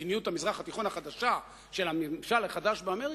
מדיניות המזרח התיכון החדשה של הממשל החדש באמריקה,